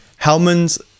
Hellman's